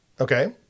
Okay